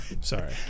Sorry